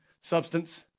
substance